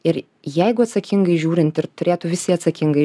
ir jeigu atsakingai žiūrint ir turėtų visi atsakingai